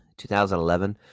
2011